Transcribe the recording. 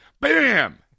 Bam